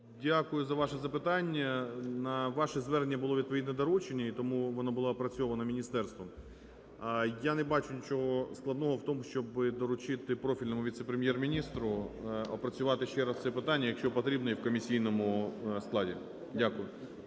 дякую за ваше запитання. На ваше звернення було відповідне доручення, і тому воно було опрацьовано міністерством. Я не бачу нічого складного в тому, щоб доручити профільному віце-прем’єр-міністру опрацювати ще раз це питання, якщо потрібно, і в комісійному складі. Дякую.